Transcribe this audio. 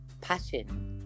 passion